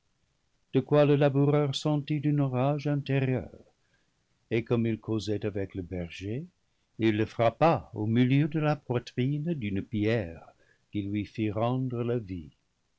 de quoi le laboureur sentit une rage intérieure et comme il causait avec le berger il le frappa au milieu de la poitrine d'une pierre qui lui fit rendre la vie